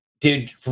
dude